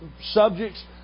subjects